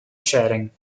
sharing